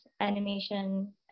Animation